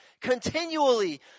Continually